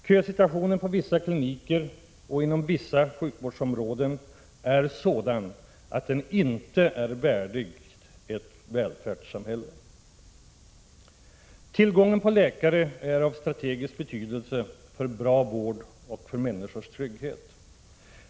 Kösituationen på vissa kliniker och vissa sjukvårdsområden är sådan att den inte är värdig ett välfärdssamhälle. Tillgången på läkare är av strategisk betydelse för bra vård och för människors trygghet.